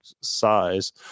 size